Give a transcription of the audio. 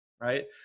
Right